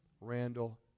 Randall